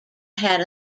had